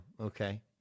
Okay